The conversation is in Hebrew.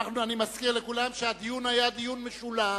אני מזכיר לכולם שהדיון היה דיון משולב.